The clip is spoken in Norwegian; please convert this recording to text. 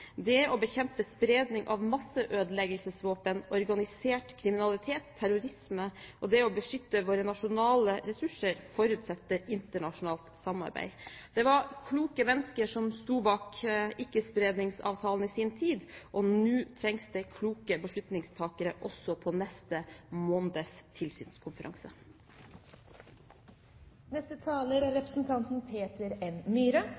Det å bekjempe spredning av masseødeleggelsesvåpen, organisert kriminalitet, terrorisme og det å beskytte våre nasjonale ressurser forutsetter internasjonalt samarbeid. Det var kloke mennesker som sto bak Ikke-spredningsavtalen i sin tid. Nå trengs det kloke beslutningstakere også på neste måneds